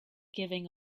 giving